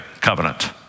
covenant